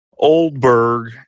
Oldberg